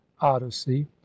odyssey